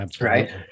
right